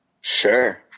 Sure